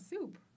soup